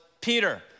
Peter